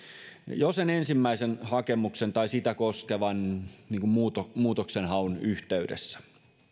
jo sen ensimmäisen hakemuksen tai sitä koskevan muutoksenhaun yhteydessä